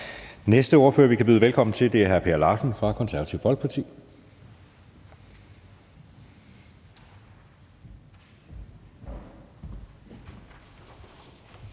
Næste ordfører, vi kan byde velkommen til, er hr. Per Larsen fra Det Konservative Folkeparti. Kl.